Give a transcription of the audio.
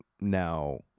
now